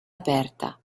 aperta